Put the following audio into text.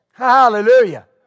Hallelujah